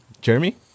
Jeremy